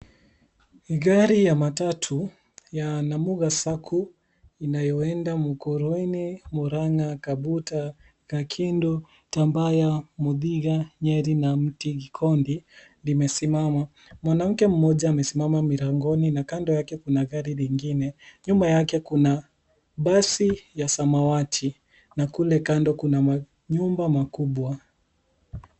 Ni gari ya matatu ya Namuga Sacco, inayoenda Mukurueni, Murang'a, kabuta, kakindu, tambaya, muthiga, nyeri, na mtikikondi, limesimama. Mwanamke mmoja amesimama milangoni na kando yake kuna gari lingine. Nyuma yake kuna basi ya samawati, na kule kando kuna manyumba makubwa.